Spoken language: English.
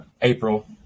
April